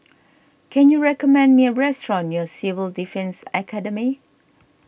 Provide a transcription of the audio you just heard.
can you recommend me a restaurant near Civil Defence Academy